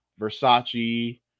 Versace